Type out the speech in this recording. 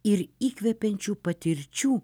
ir įkvepiančių patirčių